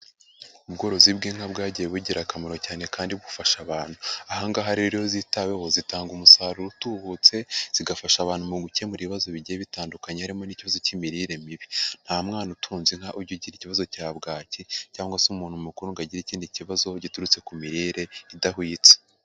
Ubworozi bw'inka bwagiye bugira akamaro cyane kandi bufasha abantu. Aha ngaha rero iyo zitaweho zitanga umusaruro utubutse, zigafasha abantu mu gukemura ibibazo bigiye bitandukanye harimo n'ikibazo cy'imirire mibi. Nta mwana utunze inka ujya ugira ikibazo cya bwacyi, cyangwa se umuntu mukuru ngo agire ikindi kibazo giturutse ku mirire idahwitse.